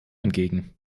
entgegen